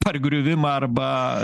pargriuvimą arba